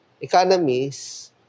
economies